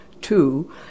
Two